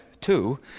two